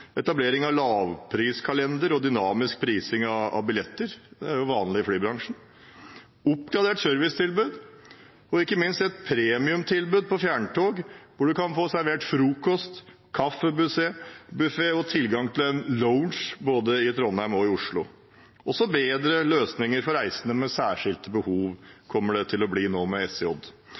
etablering av en lavpriskalender og dynamisk prising av billetter. Dette er jo vanlig i flybransjen. De vil ha et oppgradert serveringstilbud og ikke minst et premiumtilbud på fjerntog, der man kan få servert frokost, der man har kaffebuffé, og der det er tilgang til en lounge både i Trondheim og i Oslo. Også bedre løsninger for reisende med særskilte behov kommer det til å bli nå med